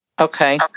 okay